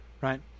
right